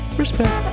Respect